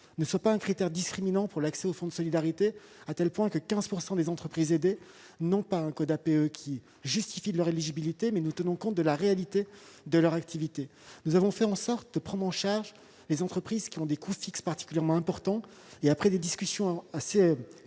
ne soient pas des critères discriminants pour l'accès au fonds de solidarité, à tel point que 15 % des entreprises aidées n'ont pas de code APE justifiant de leur éligibilité- nous tenons compte de la réalité de leur activité. Nous avons fait en sorte de prendre en charge les entreprises qui ont des coûts fixes particulièrement élevés. Après des discussions